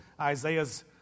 Isaiah's